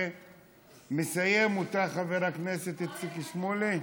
ומסיים אותה חבר הכנסת איציק שמולי.